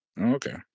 Okay